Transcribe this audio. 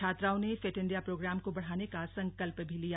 छात्राओं ने fit India programme को बढ़ाने का संकल्प भी लिया